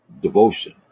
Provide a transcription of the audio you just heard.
devotion